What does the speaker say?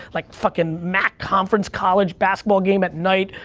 like, fuckin' mac conference college basketball game at night,